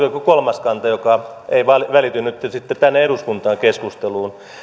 joku kolmas kanta joka ei välity nytten sitten tänne eduskunnan keskusteluun